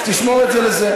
אז תשמור את זה לזה.